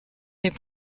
n’est